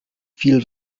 viel